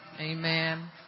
Amen